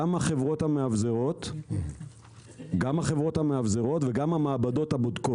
גם החברות המאבזרות וגם המעבדות הבודקות.